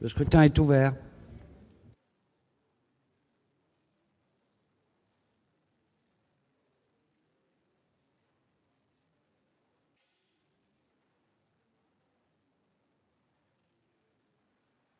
Le scrutin est ouvert.